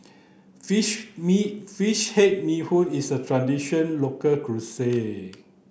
fish me fish head bee hoon is a traditional local